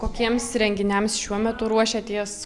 kokiems renginiams šiuo metu ruošiatės